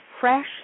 fresh